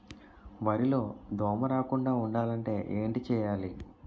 వరిలో దోమ రాకుండ ఉండాలంటే ఏంటి చేయాలి?